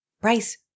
Bryce